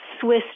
Swiss